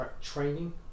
training